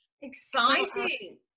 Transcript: exciting